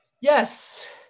Yes